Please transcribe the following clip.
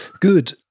good